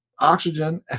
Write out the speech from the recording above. oxygen